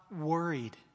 worried